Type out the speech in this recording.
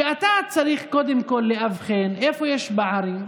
שאתה צריך קודם כול לאבחן איפה יש פערים,